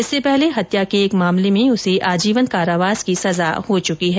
इससे पहले हत्या के एक मामले में उसे आजीवन कारावास की सजा भी हो चुकी है